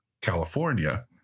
California